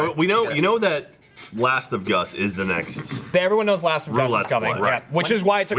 we know you know that last of us is the next day everyone knows last rolla's coming right which is why